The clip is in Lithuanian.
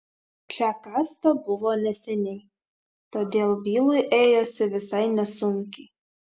čia kasta buvo neseniai todėl vilui ėjosi visai nesunkiai